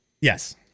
Yes